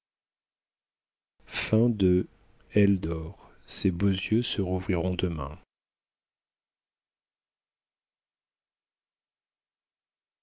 elle dort ses beaux yeux se rouvriront demain